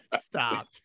Stop